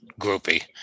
groupie